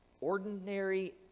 ordinary